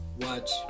watch